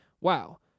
wow